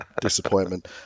Disappointment